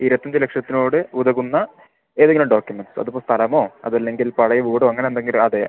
ഇരുപത്തഞ്ച് ലക്ഷത്തിനോട് ഉതകുന്ന ഏതെങ്കിലും ഡോക്യൂമെൻറ്റ്സ് അത് ഇപ്പോൾ സ്ഥലമോ അത് അതല്ലെങ്കിൽ പഴയ വീടോ അങ്ങനെ എന്തെങ്കിലും അതെ